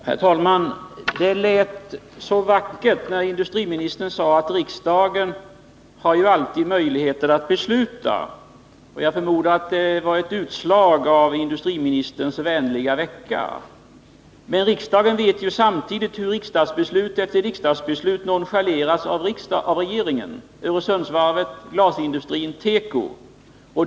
Herr talman! Det lät så vackert när industriministern sade att riksdagen ju alltid har möjligheter att besluta. Jag förmodar att det var ett utslag av industriministerns vänliga dag. Men riksdagen vet samtidigt hur riksdagsbeslut efter riksdagsbeslut nonchaleras av regeringen — vi har ju exempel som Öresundsvarvet, glasindustrin, tekoindustrin.